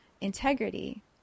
integrity